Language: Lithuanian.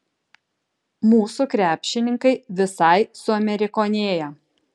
mūsų krepšininkai visai suamerikonėja